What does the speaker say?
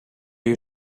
you